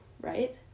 right